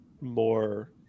more